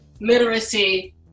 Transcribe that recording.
literacy